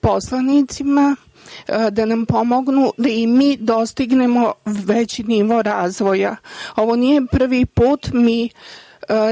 poslanicima da nam pomognu da i mi dostignemo veći nivo razvoja. Ovo nije prvi put. Mi